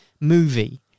movie